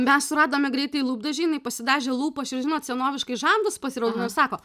mes suradome greitai lūpdažį jinai pasidažė lūpas ir žinot senoviškai žandus pasiraudonojo sako